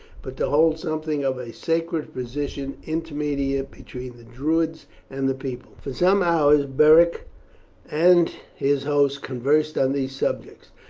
but to hold something of a sacred position intermediate between the druids and the people. for some hours beric and his host conversed on these subjects,